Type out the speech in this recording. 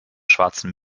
schwarzen